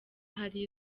hari